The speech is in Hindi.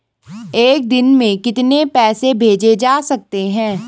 एक दिन में कितने पैसे भेजे जा सकते हैं?